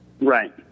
Right